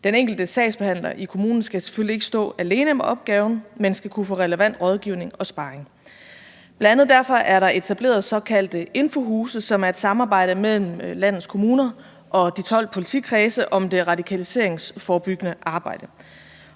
Den enkelte sagsbehandler i kommunen skal selvfølgelig ikke stå alene med opgaven, men skal kunne få relevant rådgivning og sparring. Det er bl.a. derfor, at der er etableret såkaldte infohuse, som er et samarbejde mellem landets kommuner og de 12 politikredse om det radikaliseringsforebyggende arbejde.